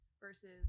versus